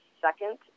second